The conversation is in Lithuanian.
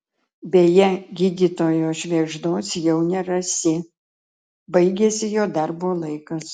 beje gydytojo švėgždos jau nerasi baigėsi jo darbo laikas